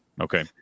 Okay